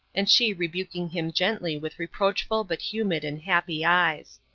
and she rebuking him gently with reproachful but humid and happy eyes.